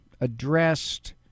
addressed